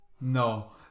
No